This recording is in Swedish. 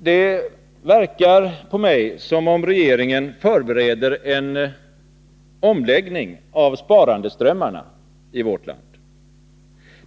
Det verkar som om regeringen förbereder en omläggning av sparandeströmmarna i vårt land.